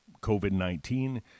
COVID-19